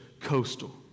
Coastal